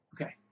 Okay